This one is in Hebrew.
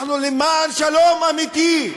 אנחנו למען שלום אמיתי.